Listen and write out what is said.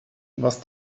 was